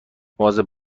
مواظب